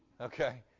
okay